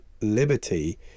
liberty